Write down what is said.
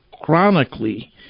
chronically